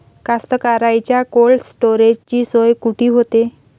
कास्तकाराइच्या कोल्ड स्टोरेजची सोय कुटी होते?